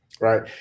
Right